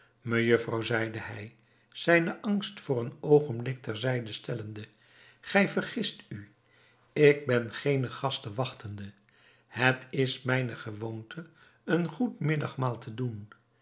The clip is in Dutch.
mejufvrouw zeide hij zijnen angst voor een oogenblik ter zijde stellende gij vergist u ik ben geene gasten wachtende het is mijne gewoonte een goed middagmaal te doen